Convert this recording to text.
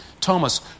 Thomas